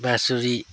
बाँसुरी